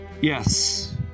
yes